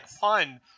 fun